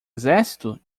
exército